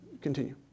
continue